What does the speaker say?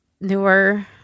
newer